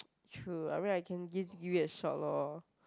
true I mean I can give give it a shot lor